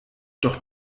doch